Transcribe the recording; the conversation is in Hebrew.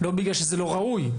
לא בגלל שזה לא ראוי,